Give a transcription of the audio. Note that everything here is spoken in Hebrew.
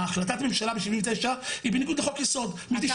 החלטת הממשלה ב-79 היא בניגוד לחוק יסוד מ-92.